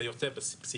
זה יותר פסיכיאטריה,